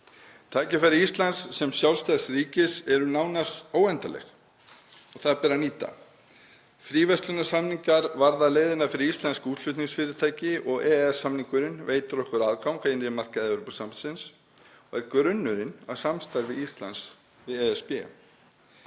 Tækifæri Íslands sem sjálfstæðs ríkis eru nánast óendanleg og það ber að nýta. Fríverslunarsamningar varða leiðina fyrir íslensk útflutningsfyrirtæki og EES-samningurinn veitir okkur aðgang að innri markaði Evrópusambandsins og er grunnurinn að samstarfi Íslands við ESB.